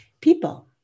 people